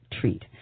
treat